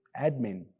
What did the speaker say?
admin